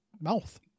mouth